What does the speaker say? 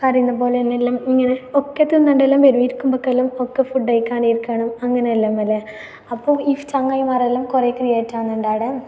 കരയുന്ന പോലെ തന്നെ എല്ലാം ഇങ്ങനെ ഒക്കെ തിന്നണ്ടതെല്ലാം വരും ഇരിക്കുമ്പോഴേക്കെല്ലാം ഒക്കെ ഫുഡ് കഴിക്കാനിരിക്കണം അങ്ങനെ എല്ലാം വരെ അപ്പം ഈ ചങ്ങാതിമാരെല്ലാം കുറെ ക്രിയേറ്റ് ആകുന്നുണ്ട് അവിടെ